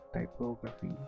typography